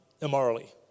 immorally